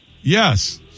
Yes